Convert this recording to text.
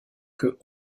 que